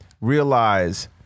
realize